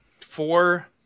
four